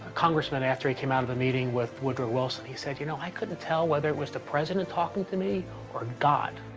congressman, after he came out of a meeting with woodrow wilson, he said, you know, i couldn't tell whether it was the president talking to me or god.